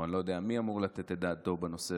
או אני לא יודע מי אמור לתת את דעתו בנושא,